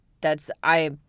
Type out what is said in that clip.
That's—I